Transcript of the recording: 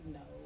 no